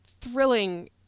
thrilling